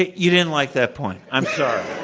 you didn't like that point. i'm sorry.